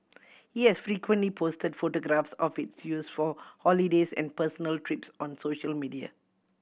he has frequently posted photographs of its use for holidays and personal trips on social media